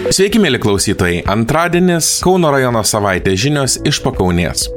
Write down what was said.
sveiki mieli klausytojai antradienis kauno rajono savaitė žinios iš pakaunės